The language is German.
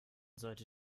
sollte